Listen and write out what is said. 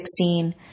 2016